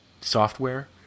software